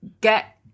get